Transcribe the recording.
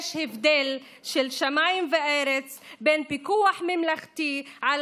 יש הבדל של שמיים וארץ בין פיקוח ממלכתי על